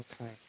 Okay